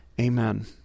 amen